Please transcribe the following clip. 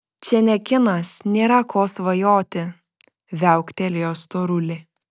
čia ne kinas nėra ko svajoti viauktelėjo storulė